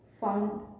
found